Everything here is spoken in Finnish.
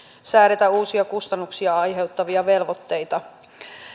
säädetä uusia kustannuksia aiheuttavia velvoitteita